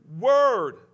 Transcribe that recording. word